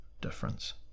difference